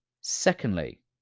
secondly